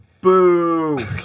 Boo